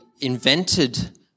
invented